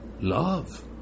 Love